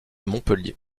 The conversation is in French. montpellier